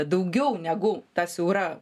daugiau negu ta siaura